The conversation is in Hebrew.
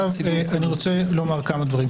אני רוצה לומר כמה דברים.